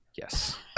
Yes